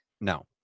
No